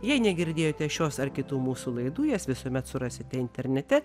jei negirdėjote šios ar kitų mūsų laidų jas visuomet surasite internete